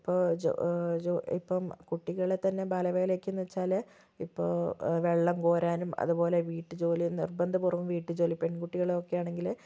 ഇപ്പോൾ ജോ ജോ ഇപ്പം കുട്ടികളെ തന്നെ ബാലവേലയ്ക്ക് എന്ന് വെച്ചാൽ ഇപ്പോൾ വെള്ളം കോരാനും അതുപോലെ വീട്ടുജോലി നിർബന്ധപൂർവ്വം വീട്ടുജോലി പെൺകുട്ടികളും ഒക്കെ ആണെങ്കിൽ